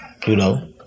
Pluto